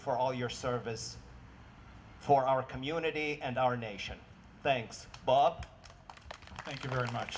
for all your service for our community and our nation thanks bob thank you very much